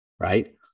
Right